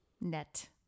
net